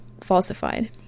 falsified